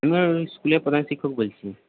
রোহিণীর স্কুলের প্রধান শিক্ষক বলছি